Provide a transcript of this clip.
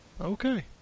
Okay